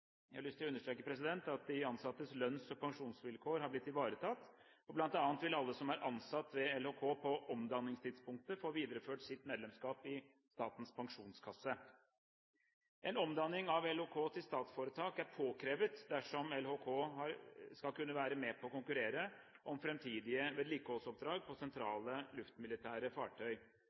Jeg har lyst til å understreke at de ansattes lønns- og pensjonsvilkår har blitt ivaretatt, og bl.a. vil alle som er ansatt ved LHK på omdanningstidspunktet, få videreført sitt medlemskap i Statens pensjonskasse. En omdanning av LHK til statsforetak er påkrevet dersom LHK skal kunne være med og konkurrere om fremtidige vedlikeholdsoppdrag på sentrale luftmilitære fartøy.